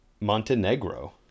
Montenegro